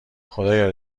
خدایا